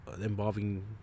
involving